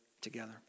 together